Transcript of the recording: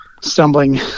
stumbling